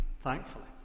thankfully